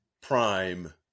prime